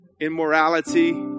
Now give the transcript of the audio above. immorality